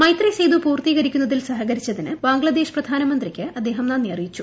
മൈത്രി സേതു പൂർത്തീകരിക്കുന്നതിൽ സഹകരിച്ചതിന് ബംഗ്ലാദേശ് പ്രധാനമന്ത്രിക്ക് അദ്ദേഹം നന്ദി അറിയിച്ചു